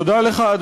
תודה לך,